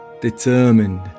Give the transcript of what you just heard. determined